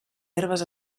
herbes